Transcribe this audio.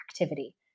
activity